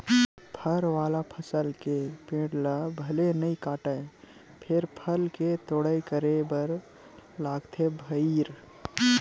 फर वाला फसल के पेड़ ल भले नइ काटय फेर फल के तोड़ाई करे बर लागथे भईर